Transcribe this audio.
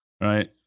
right